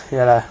ya lah